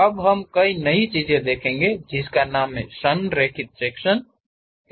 अब हम एक नई चीज़ देखेंगे जिसका नाम संरेखित सेक्शन है